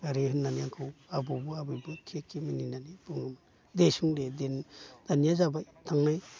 ओरै होननानै आंखौ आबौबो आबैबो खे खे मिनिनानै बुङोमोन देसुन दे दानिया जाबाय थांनाय